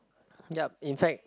yup in fact